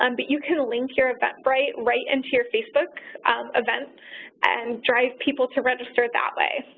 um but you can link your eventbrite write into your facebook events and drive people to register that way.